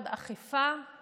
אכיפה